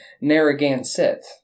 Narragansett